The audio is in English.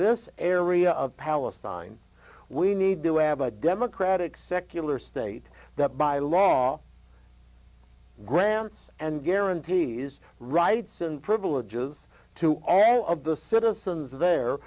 this area of palestine we need to have a democratic secular state that by law grants and guarantees rights and privileges to all of the citizens there